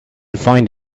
find